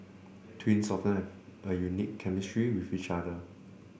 twins often have a unique chemistry with each other